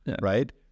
right